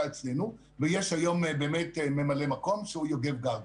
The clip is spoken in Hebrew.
אצלנו ויש היום ממלא מקום שהוא יוגב גרדוס.